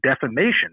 defamation